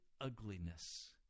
ugliness